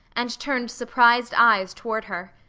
and turned surprised eyes toward her.